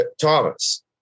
Thomas